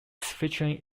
featuring